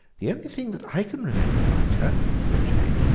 the only thing that i can remember about her, said jane,